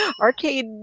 arcade